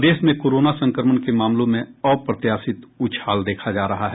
प्रदेश में कोरोना संक्रमण के मामलों में अप्रत्याशित उछाल देखा जा रहा है